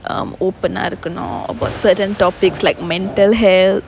um open ah இருக்கனும்:irukkanum about certain topics like mental health